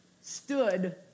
stood